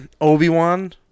Obi-Wan